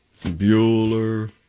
Bueller